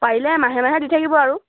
পাৰিলে মাহে মাহে দি থাকিব আৰু